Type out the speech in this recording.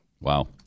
Wow